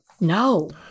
No